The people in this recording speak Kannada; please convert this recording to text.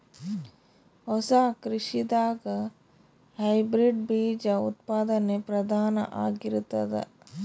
ಹೊಸ ಕೃಷಿದಾಗ ಹೈಬ್ರಿಡ್ ಬೀಜ ಉತ್ಪಾದನೆ ಪ್ರಧಾನ ಆಗಿರತದ